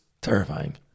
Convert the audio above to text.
terrifying